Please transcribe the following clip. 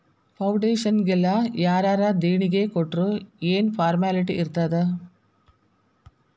ಫೌಡೇಷನ್ನಿಗೆಲ್ಲಾ ಯಾರರ ದೆಣಿಗಿ ಕೊಟ್ರ್ ಯೆನ್ ಫಾರ್ಮ್ಯಾಲಿಟಿ ಇರ್ತಾದ?